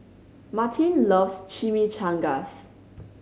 Martine loves Chimichangas